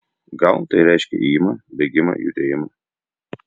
gal tai reiškia ėjimą bėgimą judėjimą